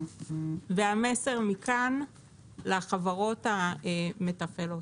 המסר מכאן לחברות המתפעלות.